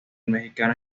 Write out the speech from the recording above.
mexicano